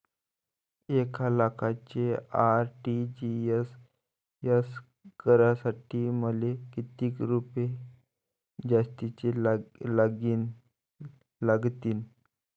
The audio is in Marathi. एक लाखाचे आर.टी.जी.एस करासाठी मले कितीक रुपये जास्तीचे लागतीनं?